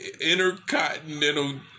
intercontinental